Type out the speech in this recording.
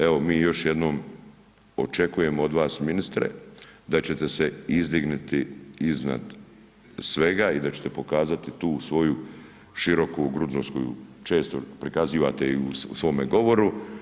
Evo mi još jednom očekujemo od vas ministre da ćete se izdignuti iznad svega i da ćete pokazati tu svoju širokogrudnost koju često prikazujete i u svome govoru.